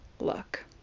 look